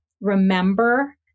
remember